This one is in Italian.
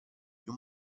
più